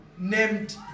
named